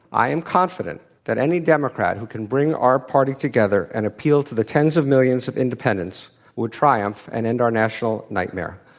i am confident that any democrat who can bring our party together and appeal to the tens of millions of independents would triumph and end our national nightmare.